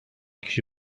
kişi